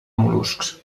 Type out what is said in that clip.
mol·luscs